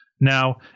Now